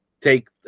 take